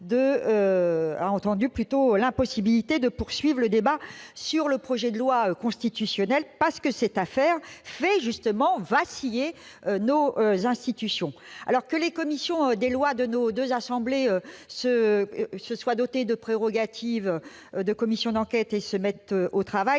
a entendu l'impossibilité de poursuivre le débat sur le projet de loi constitutionnelle, parce que cette affaire fait, justement, vaciller nos institutions. Que les commissions des lois des deux assemblées se soient dotées des prérogatives des commissions d'enquête et se mettent au travail